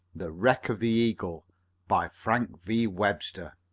the wreck of the eagle by frank v. webster